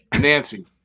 nancy